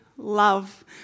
Love